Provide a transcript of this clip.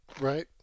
Right